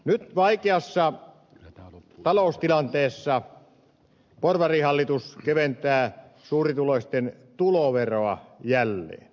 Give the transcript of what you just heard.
nyt vaikeassa taloustilanteessa porvarihallitus keventää suurituloisten tuloveroa jälleen